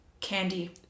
candy